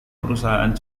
perusahaan